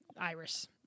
iris